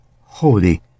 holy